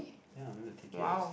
ya I'm gonna take it as